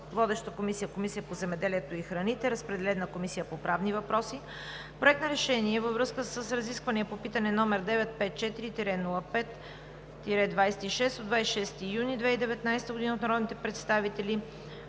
Водеща е Комисията по земеделието и храните. Разпределен е и на Комисията по правни въпроси. Проект на решение във връзка с разисквания по питане № 954 05 26 от 26 юни 2019 г. от народните представители